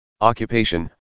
Occupation